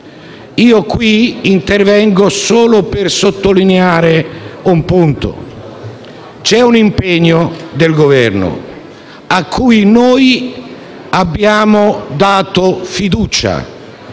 tutto. Intervengo qui solo per sottolineare un punto. C'è un impegno del Governo al quale noi abbiamo dato fiducia: